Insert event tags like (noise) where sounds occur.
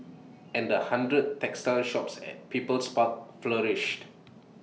(noise) and the hundred textile shops at people's park flourished